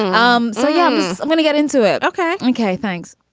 um so yeah. i'm going to get into it. okay. okay. thanks